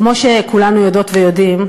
כמו שכולנו יודעות ויודעים,